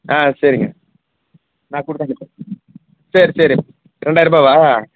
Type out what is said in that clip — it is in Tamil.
ஆ சரிங்க நான் கொடுத்தனுப்புறேன் சரி சரி ரெண்டாயிரம் ரூபாவா